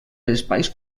espais